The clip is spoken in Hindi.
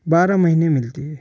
बारह महीने मिलती है